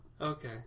Okay